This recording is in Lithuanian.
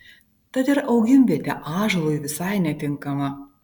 tad ir augimvietė ąžuolui visai netinkama